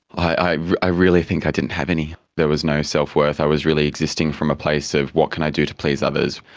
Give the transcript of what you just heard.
i i really think i didn't have any. there was no self-worth. i was really existing from a place of what can i do to please others.